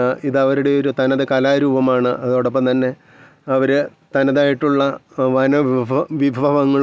അല്ലെങ്കിലെന്തെങ്കിലും നമ്മുടെ ഇതുമായിട്ടെന്തെങ്കിലും പ്രാധാന്യ നമ്മുടെ ജീവിതമായിട്ടെന്തെങ്കിലും റിലേറ്റഡായിട്ടുള്ള എന്തെങ്കിലും ഒക്കെ കാര്യങ്ങൾ വരയ്ക്കാനായിട്ടും